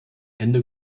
ende